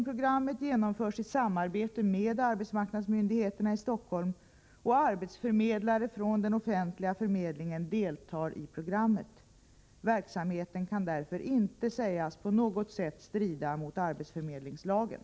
Programmet Jobbing genomförs i samarbete med arbetsmarknadsmyndigheterna i Stockholm, och arbetsförmedlare från den offentliga förmedlingen deltar i programmet. Verksamheten kan därför inte sägas på något sätt strida mot arbetsförmedlingslagen.